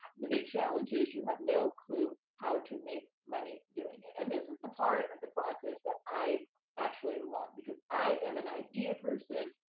the big challenge is, you have no clue how to make money doing it. and this is the part of and the process that i actually love, because i am an idea person,